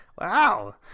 wow